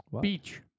Beach